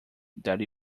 that